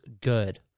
good